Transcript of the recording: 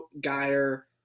Geyer